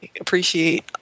appreciate